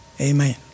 Amen